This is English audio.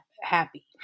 happy